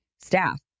staff